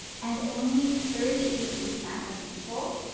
and only thirty eight percent of people,